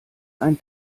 ein